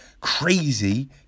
crazy